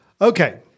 Okay